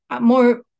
more